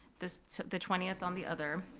the so the twentieth on the other.